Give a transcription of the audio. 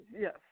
Yes